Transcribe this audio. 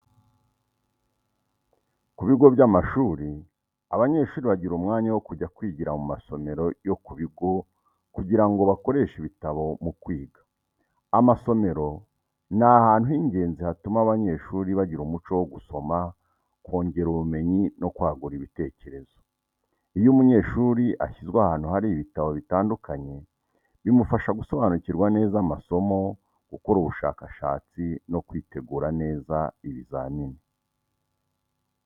Ku bigo by’amashuri, abanyeshuri bagira umwanya wo kujya kwigira mu masomero yo ku bigo kugira ngo bakoreshe ibitabo mu kwiga. Amasomero ni ahantu h’ingenzi hatuma abanyeshuri bagira umuco wo gusoma, kongera ubumenyi, no kwagura ibitekerezo. Iyo umunyeshuri ashyizwe ahantu hari ibitabo bitandukanye, bimufasha gusobanukirwa neza amasomo, gukora ubushakashatsi no kwitegura neza ibizamini.